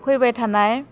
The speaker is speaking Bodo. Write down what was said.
फैबाय थानाय